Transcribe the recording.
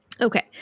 Okay